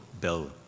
bill